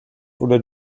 oder